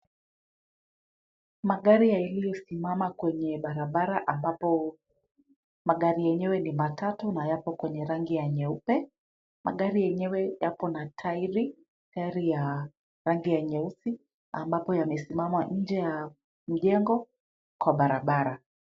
Magari yaliyosimama kwenye barabara ambapo magari yenyewe ni matatu na yapo kwenye rangi ya nyeupe, magari yenyewe yapo na tairi, gari ya rangi ya nyeusi ambapo yamesimama nje ya mjengo kwa barabara.